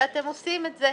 שאתם עושים את זה.